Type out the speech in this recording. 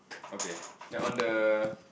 okay then on the